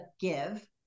give